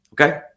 Okay